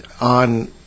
on